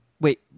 Wait